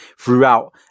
throughout